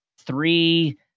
three